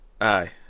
aye